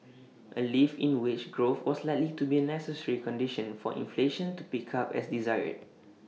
A lift in wage growth was likely to be A necessary condition for inflation to pick up as desired